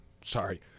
sorry